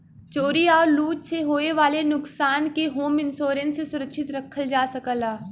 चोरी आउर लूट से होये वाले नुकसान के होम इंश्योरेंस से सुरक्षित रखल जा सकला